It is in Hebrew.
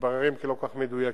מתבררים כלא-מדויקים.